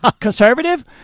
conservative